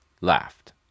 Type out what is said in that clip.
laughed